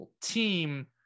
team